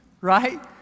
right